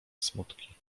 smutki